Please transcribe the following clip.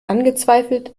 angezweifelt